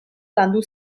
landu